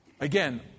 Again